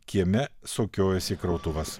kieme sukiojosi krautuvas